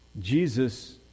Jesus